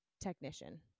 technician